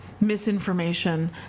misinformation